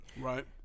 Right